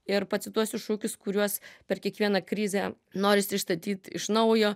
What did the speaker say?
ir pacituosiu šūkius kuriuos per kiekvieną krizę norisi išstatyt iš naujo